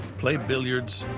play billiards,